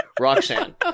Roxanne